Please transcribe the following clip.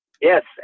Yes